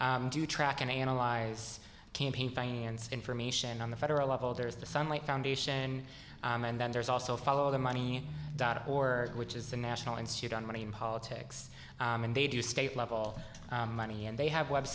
do track and analyze campaign finance information on the federal level there is the sunlight foundation and then there's also follow the money dot org which is the national institute on money in politics and they do state level money and they have web